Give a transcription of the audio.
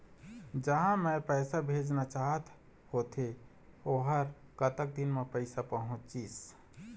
जहां मैं पैसा भेजना चाहत होथे ओहर कतका दिन मा पैसा पहुंचिस?